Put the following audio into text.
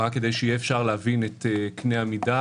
רק כדי שאפשר יהיה להבין את קנה המידה,